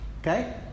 Okay